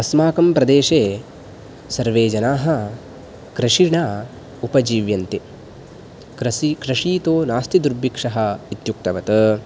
अस्माकं प्रदेशे सर्वे जनाः कृषिणा उपजीव्यन्ते कृ कृषितो नास्ति दुर्भिक्षः इत्युक्तवत्